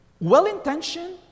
Well-intentioned